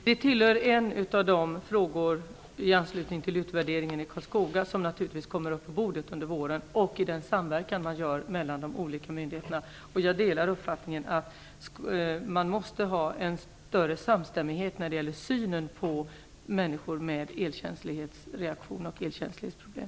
Fru talman! Det är en av de frågor, i anslutning till utvärderingen i Karlskoga, som naturligtvis kommer upp på bordet under våren. Frågan blir också aktuell i den samverkan mellan myndigheterna som skall göras. Jag delar uppfattningen att man måste ha större samstämmighet när det gäller synen på människor med elkänslighetsreaktioner och elkänslighetsproblem.